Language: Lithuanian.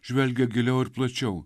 žvelgia giliau ir plačiau